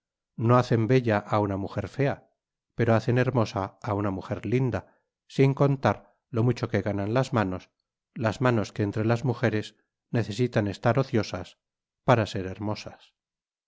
no hacen bella á una mujer fea pero hacen hermosa á una mujer linda sin contar lo mucho que ganan las manos las manos que entre las mujeres necesitan estar ociosas para ser hermosas